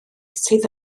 sydd